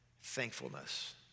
thankfulness